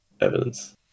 evidence